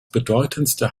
bedeutendste